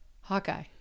Hawkeye